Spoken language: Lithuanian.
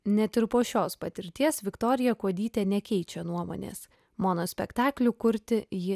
net ir po šios patirties viktorija kuodytė nekeičia nuomonės monospektaklių kurti ji